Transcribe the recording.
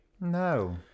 No